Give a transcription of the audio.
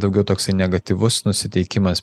daugiau toksai negatyvus nusiteikimas